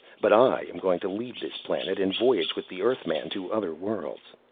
but i am going to leave this planet and voyage with the earthman to other worlds.